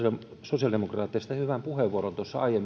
sosiaalidemokraateista käytti tuossa aiemmin hyvän puheenvuoron